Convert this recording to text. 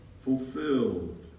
fulfilled